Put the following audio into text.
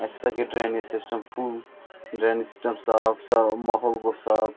اَسہِ ہَسا گٔے drainage system full drainage system صاف صاف ماحول گوٚو صاف